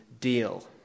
deal